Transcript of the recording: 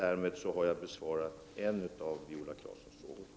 Jag har därmed besvarat en av Viola Claessons frågor.